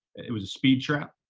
it was a speed trap.